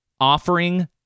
offering